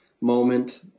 moment